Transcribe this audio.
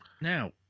Now